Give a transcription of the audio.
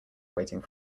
waiting